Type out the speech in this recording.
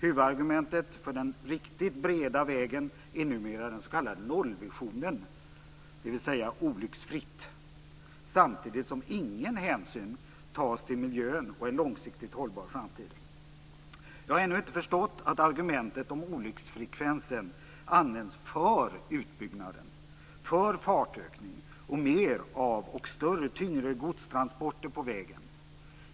Huvudargumentet för den riktigt breda vägen är numera den s.k. nollvisionen, dvs. olycksfritt, samtidigt som ingen hänsyn tas till miljön och en långsiktigt hållbar framtid. Jag har ännu inte förstått att argumentet om olycksfrekvensen används för utbyggnad, för fartökning och mer av större och tyngre godstransporter på vägen.